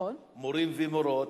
מורים ומורות,